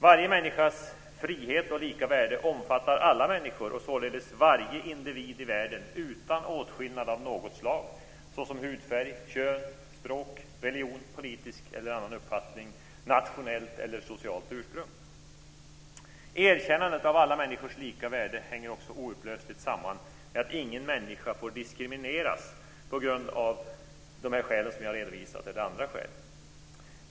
Varje människas frihet och lika värde omfattar alla människor - således varje individ i världen utan åtskillnad av något slag, såsom vad gäller hudfärg, kön, språk, religion, politisk eller annan uppfattning eller nationellt eller socialt ursprung. Erkännandet av alla människors lika värde hänger också oupplösligt samman med att ingen människa får diskrimineras av här redovisade skäl eller av andra skäl.